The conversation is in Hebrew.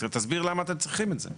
תסביר למה אתם צריכים את זה.